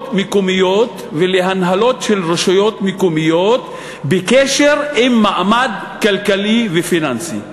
מקומיות ולהנהלות של רשויות מקומיות בקשר עם מעמד כלכלי ופיננסי.